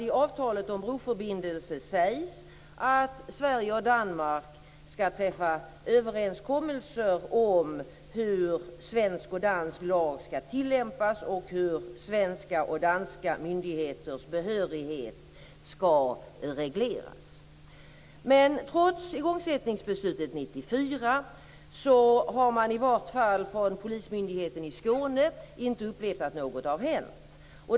I avtalet om broförbindelsen sägs att Sverige och Danmark skall träffa överenskommelser om hur svensk och dansk lag skall tillämpas och hur svenska och danska myndigheters behörighet skall regleras. Men trots igångsättningsbeslutet 1994 har man, i varje fall vid polismyndigheten i Skåne, inte upplevt att något har hänt.